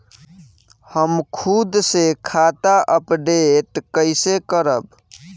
हम खुद से खाता अपडेट कइसे करब?